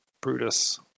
Brutus